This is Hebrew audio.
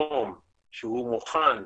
מקום שמוכן